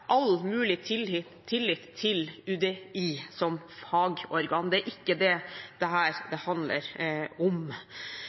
all mulig tillit til UDI som fagorgan, det er ikke det dette handler om. Vi er veldig glad for at det